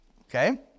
Okay